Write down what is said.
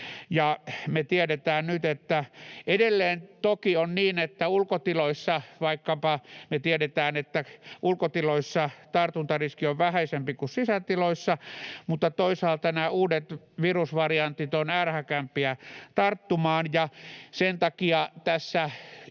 toimintaympäristössä. Edelleen toki on niin, että me tiedetään, että vaikkapa ulkotiloissa tartuntariski on vähäisempi kuin sisätiloissa, mutta toisaalta nämä uudet virusvariantit ovat ärhäkämpiä tarttumaan, ja sen takia tässä kuitenkin